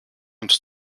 und